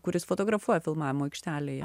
kuris fotografuoja filmavimo aikštelėje